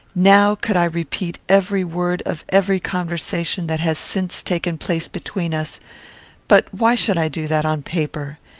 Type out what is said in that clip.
now could i repeat every word of every conversation that has since taken place between us but why should i do that on paper?